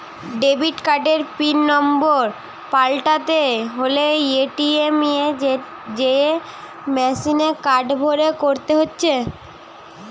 debit কার্ডের PIN number পাল্টাতে হলে এ.টি.এম এ যেয়ে মেসিনে কার্ড ভরে করতে হচ্ছে